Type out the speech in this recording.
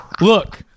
Look